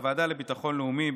בוועדה לביטחון לאומי,